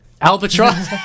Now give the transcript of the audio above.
albatross